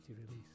release